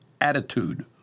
attitude